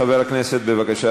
חבר הכנסת, בבקשה,